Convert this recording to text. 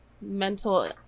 mental